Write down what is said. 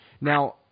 Now